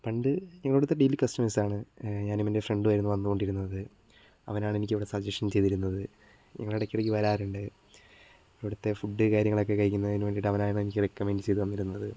പണ്ട് ഞങ്ങൾ ഇവിടുത്തെ ഡെയിലി കസ്റ്റമേഴ്സാണ് ഞാനും എൻ്റെ ഒരു ഫ്രണ്ടുമാണ് വന്നുകൊണ്ടിരുന്നത് അവനാണ് എനിക്ക് ഇവിടെ സജഷൻ ചെയ്തിരുന്നത് ഞങ്ങൾ ഇടയ്ക്ക് ഇടയ്ക്ക് വരാറുണ്ട് ഇവിടുത്തെ ഫുഡ് കാര്യങ്ങളൊക്കെ കഴിക്കുന്നതിന് വേണ്ടിയിട്ട് അവനാണ് എനിക്ക് റെക്കമെന്റ് ചെയ്ത് തന്നിരുന്നത്